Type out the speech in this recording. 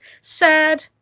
sad